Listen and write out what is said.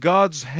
God's